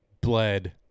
bled